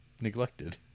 neglected